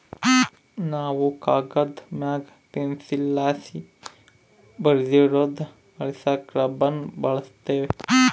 ನಾವು ಕಾಗದುದ್ ಮ್ಯಾಗ ಪೆನ್ಸಿಲ್ಲಾಸಿ ಬರ್ದಿರೋದ್ನ ಅಳಿಸಾಕ ರಬ್ಬರ್ನ ಬಳುಸ್ತೀವಿ